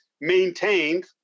maintained